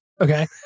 okay